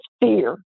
fear